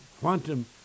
quantum